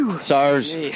SARS